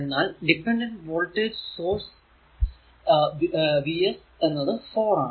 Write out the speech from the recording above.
എന്നാൽ dependent voltage source V s 4 ആണ്